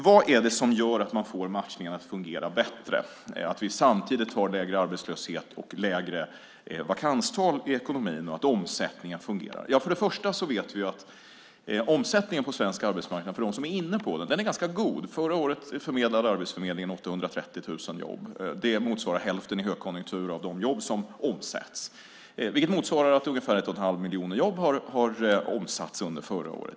Vad är det som gör att man får matchningen att fungera bättre - att vi samtidigt har lägre arbetslöshet och lägre vakanstal i ekonomin och att omsättningen fungerar? Vi vet att omsättningen på svensk arbetsmarknad är ganska god för dem som är inne på den. Förra året förmedlade Arbetsförmedlingen 830 000 jobb. Det motsvarar i högkonjunktur hälften av de jobb som omsätts. Det betyder att ungefär en och en halv miljon jobb omsattes förra året.